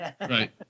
Right